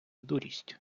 дурість